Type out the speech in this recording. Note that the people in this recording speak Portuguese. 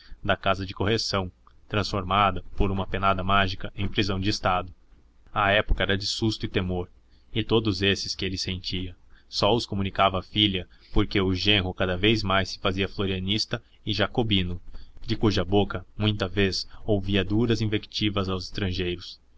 da casa de correição transformada por uma penada mágica em prisão de estado a época era de susto e temor e todos esses que ele sentia só os comunicava à filha porque o genro cada vez mais se fazia florianista e jacobino de cuja boca muita vez ouvia duras invectivas aos estrangeiros